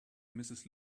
mrs